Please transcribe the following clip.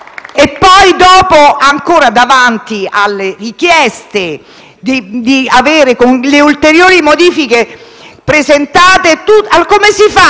hanno fatto, ancora davanti alle richieste di avere le ulteriori modifiche presentate? Come si fa